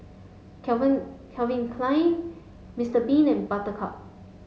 Calvin Calvin Klein Mr bean and Buttercup